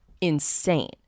insane